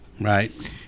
Right